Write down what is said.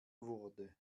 wurde